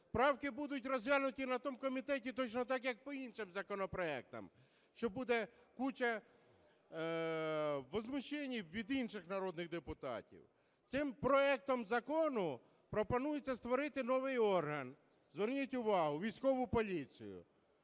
Правки будуть розглянуті на тому комітеті точно так, як по інших законопроектах, що буде куча возмущений від інших народних депутатів. Цим проектом закону пропонується створити новий орган, зверніть увагу, військову поліцію.